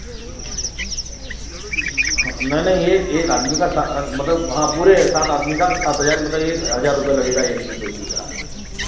हाँ नहीं नहीं एक एक आदमी का सात मतलब वहाँ पूरे सात आदमी का सात हज़ार बताइए हज़ार रुपये लगेगा एक व्यक्ति का